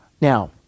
Now